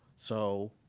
so,